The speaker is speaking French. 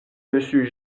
monsieur